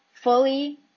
Fully